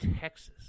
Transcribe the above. Texas